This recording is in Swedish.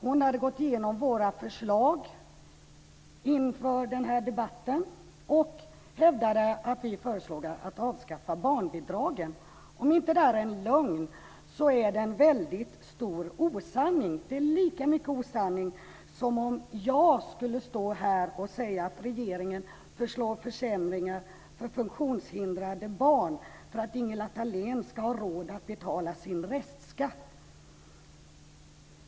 Hon hade gått igenom våra förslag inför den här debatten och hävdade att Moderata samlingspartiet hade föreslagit att barnbidragen skulle avskaffas. Om detta inte är en lögn, så är det en väldigt stor osanning. Det är lika mycket osanning som att jag skulle stå här och säga att regeringen föreslår försämringar för funktionshindrade barn för att Ingela Thalén ska ha råd att betala sin restskatt.